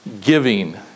giving